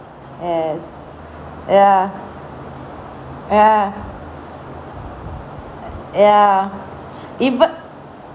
yes ya ya eh ya even